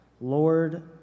Lord